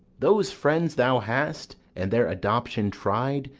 those friends thou hast, and their adoption tried,